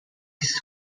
his